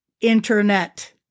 internet